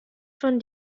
von